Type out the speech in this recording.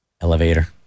elevator